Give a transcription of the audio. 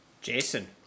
Jason